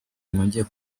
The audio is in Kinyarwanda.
mwongeye